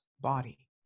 body